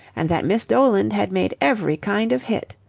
and that miss doland had made every kind of hit.